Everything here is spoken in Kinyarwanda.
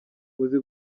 uzi